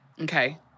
Okay